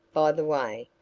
by the way,